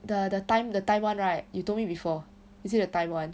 the the time the time one right you told me before is it the time one